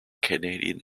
canadian